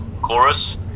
chorus